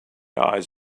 eyes